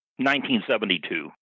1972